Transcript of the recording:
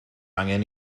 angen